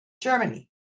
Germany